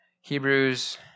Hebrews